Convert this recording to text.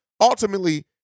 ultimately